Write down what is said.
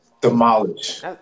demolish